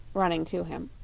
running to him.